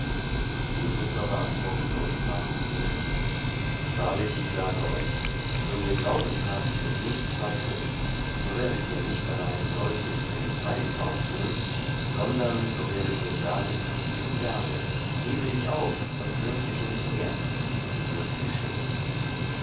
jesus aber antwortete und sprach zu ihnen wahrlich ich sage euch so ihr glauben habt und nicht zweifelt so werdet ihr nicht allein solches mit dem feigenbaum tun sondern so ihr werdet sagen zu diesem berge hebe dich auf und wirf dich ins meer so wird's geschehen